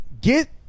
Get